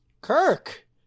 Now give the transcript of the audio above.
Kirk